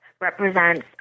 represents